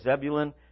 Zebulun